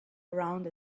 around